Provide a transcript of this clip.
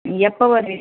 எப்போ வருவிங்க